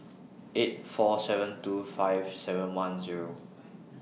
eight four seven two five seven one Zero